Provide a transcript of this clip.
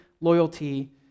loyalty